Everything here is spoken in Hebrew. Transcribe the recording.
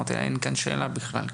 אמרתי לה שאין כאן שאלה בכלל,